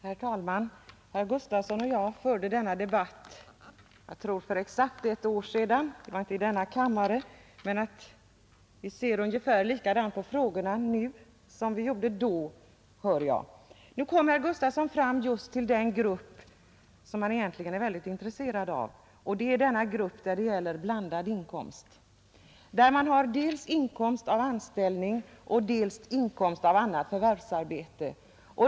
Herr talman! Herr Gustavsson i Alvesta och jag förde samma debatt för, tror jag, exakt ett år sedan. Det var inte i denna kammare, men vi ser ungefär likadant på frågorna nu som vi gjorde då, hör jag. Nu kom herr Gustavsson fram till just den grupp som han egentligen är intresserad av, nämligen den grupp som har blandad inkomst, dels av anställning, dels av annat förvärvsarbete.